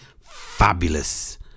Fabulous